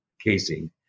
casing